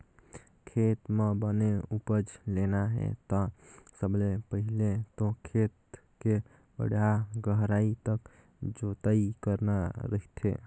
खेत म बने उपज लेना हे ता सबले पहिले तो खेत के बड़िहा गहराई तक जोतई करना रहिथे